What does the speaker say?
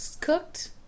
cooked